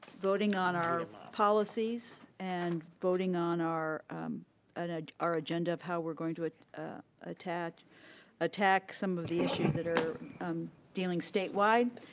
voting on our policies and voting on our ah our agenda of our we're going to ah attack attack some of the issues that are dealing statewide,